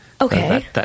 Okay